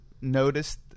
noticed